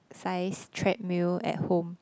size treadmill at home